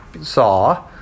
saw